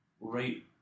right